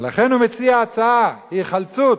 ולכן הוא מציע הצעה, היחלצות,